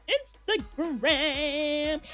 Instagram